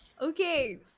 Okay